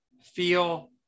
feel